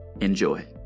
Enjoy